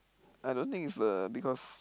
I don't think it's the because